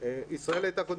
ישראל הייתה בין